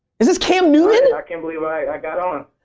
is his cam newton? i can't believe i got on.